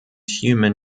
human